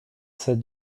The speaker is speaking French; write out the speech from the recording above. sept